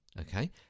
Okay